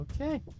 Okay